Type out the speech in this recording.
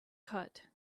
cut